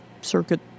circuit